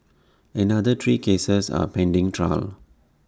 another three cases are pending trial